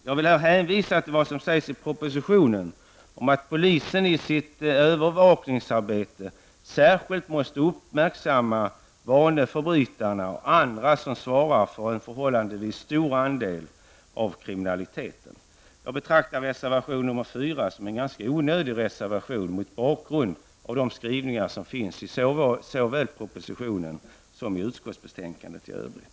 Jag vill hänvisa till vad som sägs i propositionen om att polisen i sitt övervakningsarbete särskilt måste uppmärksamma vaneförbrytarna och andra som svarar för en förhållandevis stor andel av kriminaliteten. Jag betraktar reservation 4 som en ganska onödig reservation mot bakgrund av de skrivningar som finns såväl i propositionen som i utskottsbetänkandet i övrigt.